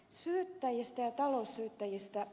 syyttäjistä ja taloussyyttäjistä